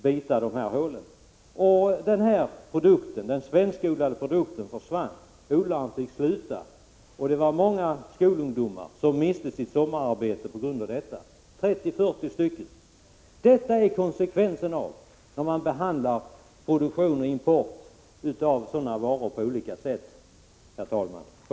Roten såg däremot likadan ut på båda produkterna. Den svenskodlade produkten försvann. Odlaren fick sluta. Det var många skolungdomar som miste sitt sommararbete på grund av detta — 30-40 stycken. Detta är konsekvensen av att man behandlar produktion och import av sådana varor på olika sätt.